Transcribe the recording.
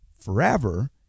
forever